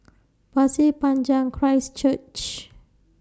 Pasir Panjang Christ Church